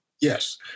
Yes